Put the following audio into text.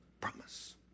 promise